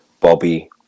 Bobby